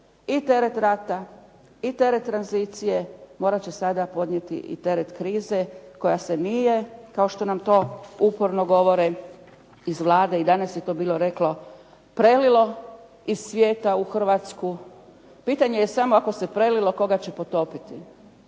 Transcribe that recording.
i teret rata i teret tranzicije morat će sada podnijeti i teret krize koja se nije, kao što nam to uporno govore iz Vlade i danas je to bilo reklo prelilo iz svijeta u Hrvatsku. Pitanje je samo ako se prelilo, koga će potopiti?